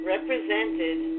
Represented